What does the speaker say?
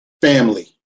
Family